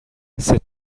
cet